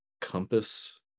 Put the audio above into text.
compass